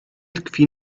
tkwi